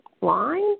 line